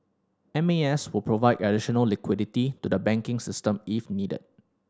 M A S will provide additional liquidity to the banking system if needed